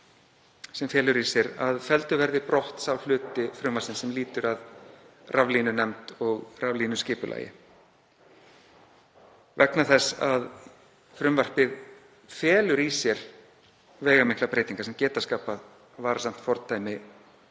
sem felur í sér að felldur verði brott sá hluti þess sem lýtur að raflínunefnd og raflínuskipulagi vegna þess að frumvarpið felur í sér veigamiklar breytingar sem geta skapað varasamt fordæmi